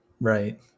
Right